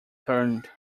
turned